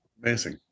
Amazing